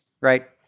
right